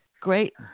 great